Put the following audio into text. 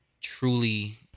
truly